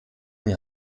die